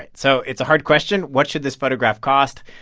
so it's a hard question. what should this photograph cost?